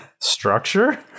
structure